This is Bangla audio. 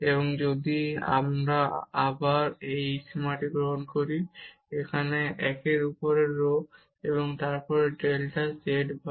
এবং যদি আমরা আবার এই সীমাটি গ্রহণ করি তাহলে এখানে 1 এর উপরে rho এবং তারপর এই ডেল্টা z থাকবে